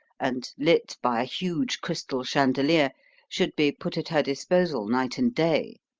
and lit by a huge crystal chandelier should be put at her disposal night and day